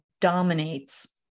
dominates